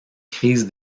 crise